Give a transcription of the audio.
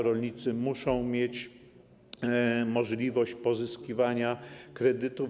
Rolnicy muszą mieć możliwość pozyskiwania kredytów.